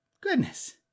Goodness